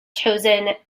chosen